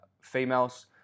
females